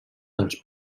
dels